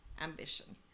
ambition